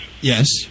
Yes